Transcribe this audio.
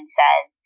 says